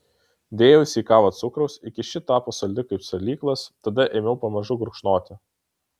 dėjausi į kavą cukraus iki ši tapo saldi kaip salyklas tada ėmiau pamažu gurkšnoti